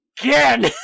AGAIN